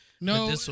No